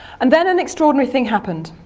and then an extraordinary thing happened.